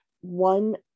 one